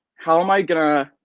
how am i gonna.